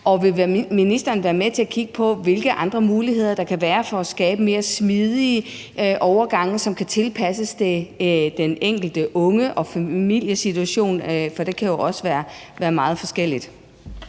og vil ministeren være med til at kigge på, hvilke andre muligheder der kan være for at skabe mere smidige overgange, som kan tilpasses den enkelte unge og dennes familiesituation, for det kan jo også være meget forskelligt?